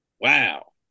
Wow